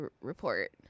report